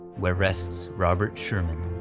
where rests robert sherman.